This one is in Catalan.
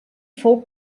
fou